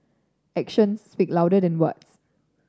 action speak louder than words